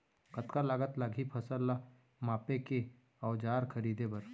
कतका लागत लागही फसल ला मापे के औज़ार खरीदे बर?